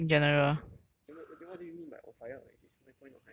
so so what's his rank point then what then what do you mean by on fire if his rank point not high